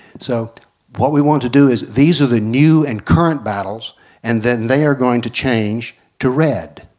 so what we want to do is, these are the new and current battles and then they are going to change to red,